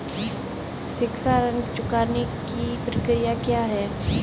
शिक्षा ऋण चुकाने की प्रक्रिया क्या है?